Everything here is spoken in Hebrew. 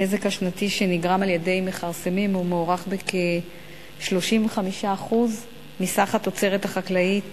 הנזק השנתי שנגרם על-ידי מכרסמים מוערך בכ-35% מסך התוצרת החקלאית